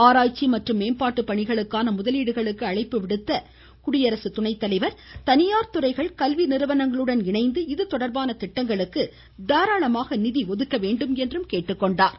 ஆராய்ச்சி மற்றும் மேம்பாட்டு பணிகளுக்கான முதலீடுகளுக்கு அழைப்பு விடுத்த அவர் தனியார் துறைகள் கல்வி நிறுவனங்களுடன் இணைந்து இதுதொடர்பான திட்டங்களுக்கு தாராளமாக நிதி அளிக்க வேண்டும் என்று கேட்டுக்கொண்டார்